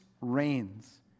reigns